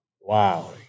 wow